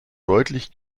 deutlich